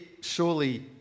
surely